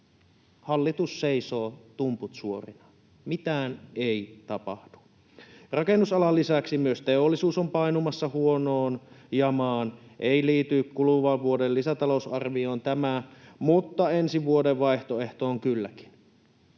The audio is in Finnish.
hallitus seisoo tumput suorina. Mitään ei tapahdu. Rakennusalan lisäksi myös teollisuus on painumassa huonoon jamaan. Ei liity kuluvan vuoden lisätalousarvioon tämä mutta ensi vuoden vaihtoehtoon kylläkin: